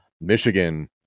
Michigan